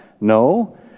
No